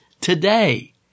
today